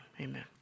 Amen